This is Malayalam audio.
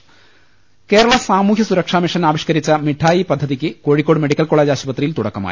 ദർവ്വെട്ടറ കേരള സാമൂഹ്യസുരക്ഷാ മിഷൻ ആവിഷ്കരിച്ച മിഠായി പദ്ധതിക്ക് കോഴിക്കോട് മെഡിക്കൽ കോളജ് ആശുപത്രിയിൽ തുടക്കമായി